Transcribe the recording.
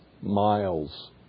miles